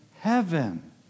heaven